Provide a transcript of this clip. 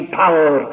power